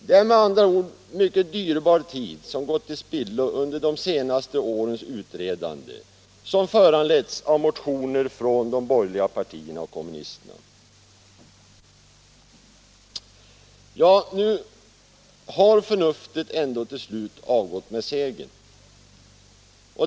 Det är alltså mycken dyrbar tid som gått till spillo under de senaste årens utredande, som föranletts av motioner från de borgerliga partierna och kommunisterna. Nu har förnuftet ändå till slut avgått med segern.